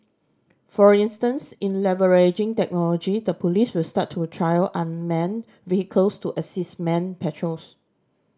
for instance in leveraging technology the police will start to trial unmanned vehicles to assist manned patrols